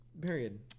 Period